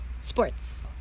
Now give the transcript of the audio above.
sports